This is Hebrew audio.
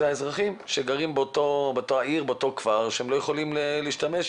אלה האזרחים שגרים באותו כפר ולא יכולים להשתמש בטלפונים.